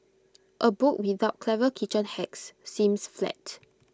A book without clever kitchen hacks seems flat